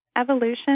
Evolution